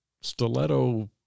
stiletto